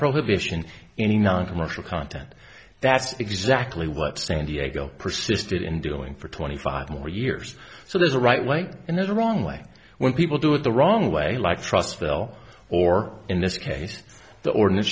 prohibition in a noncommercial content that's exactly what san diego persisted in doing for twenty five more years so there's a right way and the wrong way when people do it the wrong way like trussville or in this case the ordinance